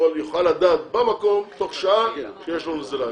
יוכל לדעת במקום, תוך שעה, שיש לו נזילה.